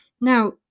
Now